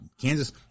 Kansas